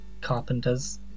carpenter's